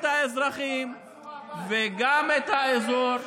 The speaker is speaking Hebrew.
גם את האזרחים וגם את האזור,